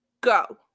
Go